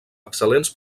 excel·lents